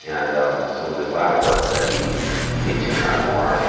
and some of his latter work that he he took on a more